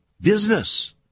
business